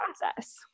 process